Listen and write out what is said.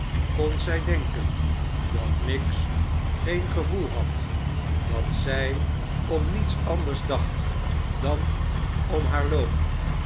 kon zij denken dat miggs geen gevoel had dat zij om niets anders dacht dan om haar loon